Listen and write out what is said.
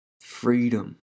freedom